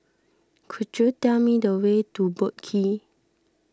could you tell me the way to Boat Quay